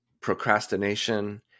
procrastination